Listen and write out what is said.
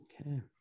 Okay